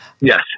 Yes